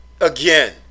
again